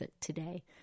today